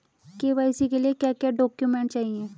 KYC के लिए क्या क्या डॉक्यूमेंट चाहिए?